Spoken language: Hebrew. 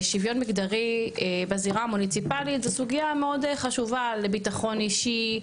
שוויון מגדרי בזירה המוניציפלית זו סוגיה מאוד חשוב לביטחון אישי,